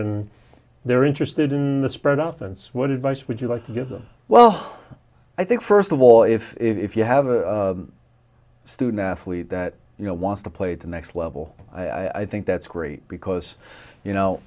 and they're interested in the spread out and what advice would you like to give them well i think first of all if if you have a student athlete that you know wants to play the next level i think that's great because you know